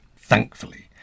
thankfully